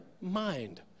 Mind